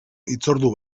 hitzordu